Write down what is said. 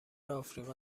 آفریقا